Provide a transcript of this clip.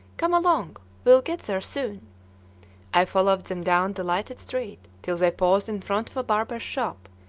come along we'll get there soon i followed them down the lighted street till they paused in front of a barber's shop,